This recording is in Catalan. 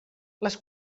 les